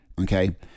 Okay